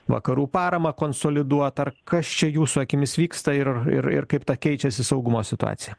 vakarų paramą konsoliduot ar kas čia jūsų akimis vyksta ir ar ir kaip ta keičiasi saugumo situacija